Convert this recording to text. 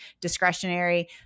discretionary